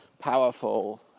powerful